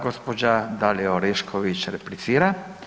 Gospođa Dalija Orešković replicira.